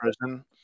prison